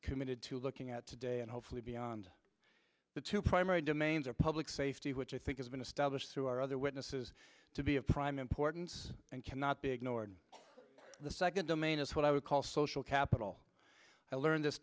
committed to looking at today and hopefully beyond the two primary domains of public safety which i think has been established through our other witnesses to be of prime importance and cannot be ignored the second domain is what i would call social capital i learned this